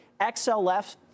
XLF